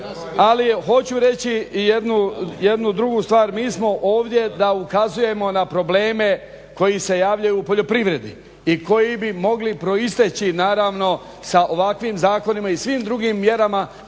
ali hoću reći i jednu drugu stvar, mi smo ovdje da ukazujemo na probleme koji se javljaju u poljoprivredi i koji bi mogli proisteći naravno sa ovakvim zakonima i svim drugim mjerama